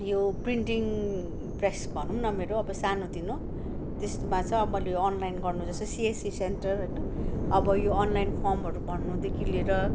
यो printing press भनौँ न अब सानो तिनो त्यसमा चाहिँ मैले अन्लाइन गर्नु जस्तै सिएससी सेन्टर होइन अब यो अन्लाइन फर्महरू भर्नुदेखि लिएर